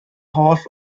holl